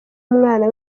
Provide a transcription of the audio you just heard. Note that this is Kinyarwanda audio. umwana